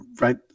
right